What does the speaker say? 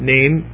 Name